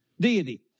deity